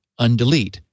undelete